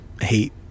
hate